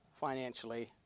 financially